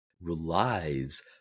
relies